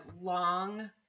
long